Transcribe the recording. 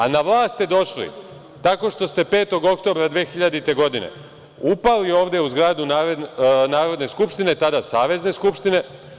A na vlast ste došli tako što ste 5. oktobra 2000. godine upali ovde u zgradu Narodne skupštine, tada Savezne skupštine.